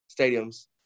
stadiums